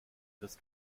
wirst